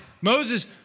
Moses